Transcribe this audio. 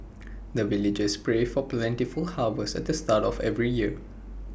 the villagers pray for plentiful harvest at the start of every year